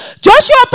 Joshua